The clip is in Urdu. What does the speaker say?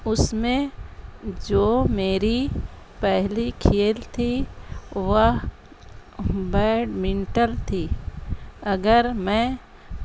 اس میں جو میری پہلی کھیل تھی وہ بیڈمنٹن تھی اگر میں